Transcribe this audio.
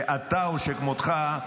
שאתה או שכמותך,